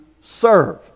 serve